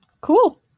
Cool